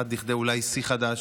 עד לכדי אולי שיא חדש,